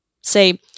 say